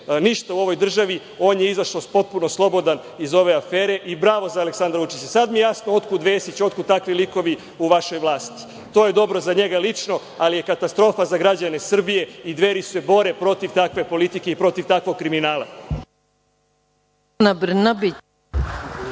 ništa u ovoj državi, on je izašao potpuno slobodan iz ove afere i bravo za Aleksandra Vučića. Sada mi je jasno otkud Vesić, otkud takvi likovi u vašoj vlasti. To je dobro za njega lično, ali je katastrofa za građane Srbije. Dveri se bore protiv takve politike i protiv takvog kriminala.